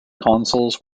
consuls